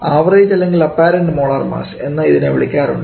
average അല്ലെങ്കിൽ apparent molar mass എന്ന് ഇതിനെ വിളിക്കാറുണ്ട്